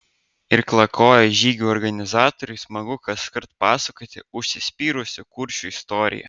irklakojo žygių organizatoriui smagu kaskart pasakoti užsispyrusių kuršių istoriją